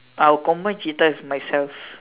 I will combine cheetah with myself